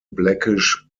blackish